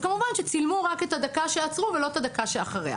כמובן שצילמו רק את הדקה שעצרו אותו ולא את הדקה שאחריה.